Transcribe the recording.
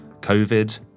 Covid